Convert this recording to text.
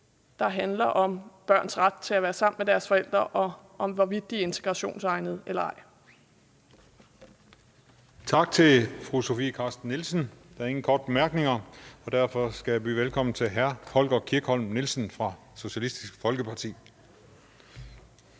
der handler om børns ret til at være sammen med deres forældre og om, hvorvidt de er integrationsegnede eller ej. Kl. 19:07 Tredje næstformand (Christian Juhl): Tak til fru Sofie Carsten Nielsen. Der er ingen korte bemærkninger, og derfor skal jeg byde velkommen til hr. Holger K. Nielsen fra Socialistisk Folkeparti.